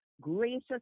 gracious